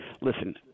listen –